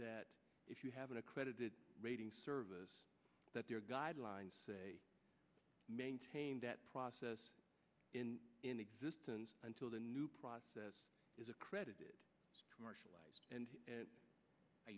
that if you have an accredited rating service that their guidelines maintain that process in in existence until the new process is accredited commercialized and